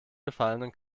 gefallenen